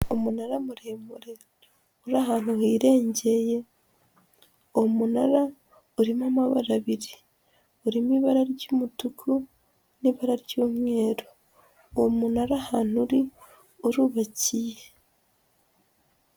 Umunara muremure uri ahantu hirengeye, uwo munara urimo amabara abiri, harimo ibara ry'umutuku n'ibara ry'umweru, uwo munara ahantu uri urubakiye.